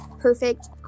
perfect